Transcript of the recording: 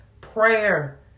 prayer